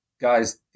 Guys